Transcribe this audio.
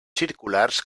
circulars